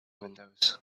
windows